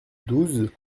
douze